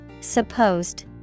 Supposed